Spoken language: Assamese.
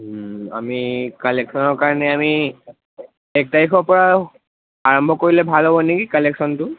আমি কালেকশ্যনৰ কাৰণে আমি এক তাৰিখৰপৰা আৰম্ভ কৰিলে ভাল হ'ব নেকি কালেকশ্যনটো